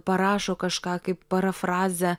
parašo kažką kaip parafrazę